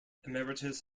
emeritus